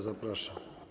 Zapraszam.